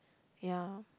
ya